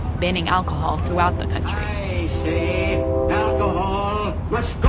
banning alcohol throughout the country i say alcohol must go